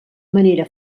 manera